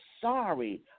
sorry